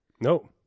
No